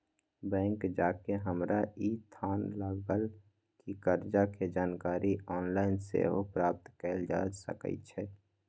bank जा कऽ हमरा इ थाह लागल कि कर्जा के जानकारी ऑनलाइन सेहो प्राप्त कएल जा सकै छै